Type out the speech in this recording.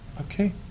Okay